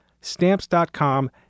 Stamps.com